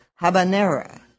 Habanera